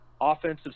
offensive